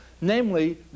Namely